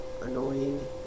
annoying